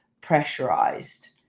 pressurized